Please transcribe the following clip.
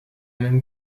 même